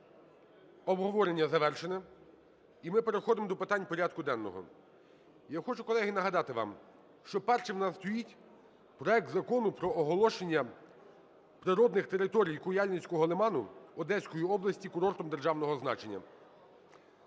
Обговорення завершено, і ми переходимо до питань порядку денного. Я хочу, колеги, нагадати вам, що першим у нас стоїть проект Закону про оголошення природних територій Куяльницького лиману Одеської області курортом державного значення.